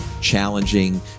challenging